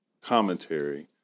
commentary